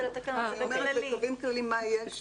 אני אומרת בקווים כלליים מה יש בהן.